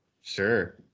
Sure